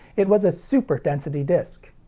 it was a super density disc.